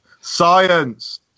science